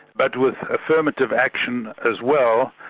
but with affirmative action as well,